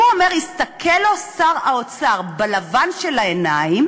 הוא אומר: הסתכל לו שר האוצר בלבן של העיניים